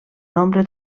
nombre